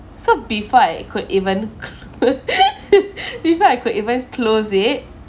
so before I could even cl~ before I could even close it